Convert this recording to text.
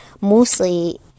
mostly